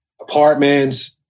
Apartments